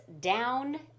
down